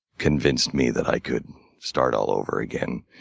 convinced me that i could start all over again,